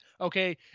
okay